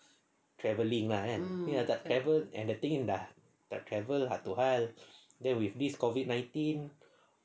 travelling lah kan ni dah tak travel and the thing is ah dah tak travel tu satu hal then with this COVID nineteen